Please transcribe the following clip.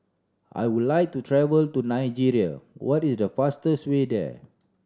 I would like to travel to Nigeria what is the fastest way there